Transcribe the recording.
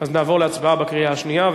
אז נעבור להצבעה בקריאה השנייה,